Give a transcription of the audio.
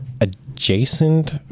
adjacent